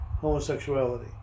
homosexuality